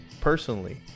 personally